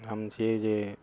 हम छियै जे